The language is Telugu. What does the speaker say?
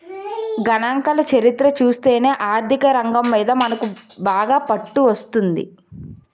గణాంకాల చరిత్ర చూస్తేనే ఆర్థికరంగం మీద మనకు బాగా పట్టు వస్తుంది